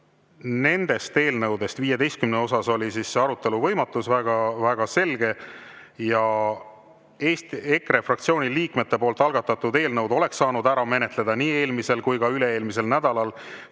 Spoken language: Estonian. Nendest eelnõudest 15 puhul oli arutelu võimatus väga selge. EKRE fraktsiooni liikmete algatatud eelnõud oleks saanud ära menetleda nii eelmisel kui ka üle-eelmisel nädalal,